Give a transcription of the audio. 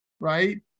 Right